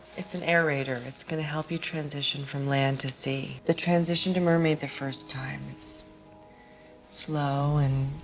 it's an aerator. it's going to help you transition from land to sea. the transition to mermaid the first time it's slow and